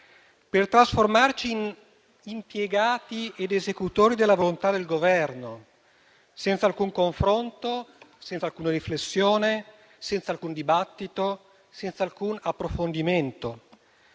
per trasformarci in impiegati ed esecutori della volontà del Governo senza alcun confronto, alcuna riflessione, alcun dibattito, alcun approfondimento.